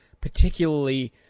particularly